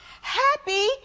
happy